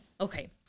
Okay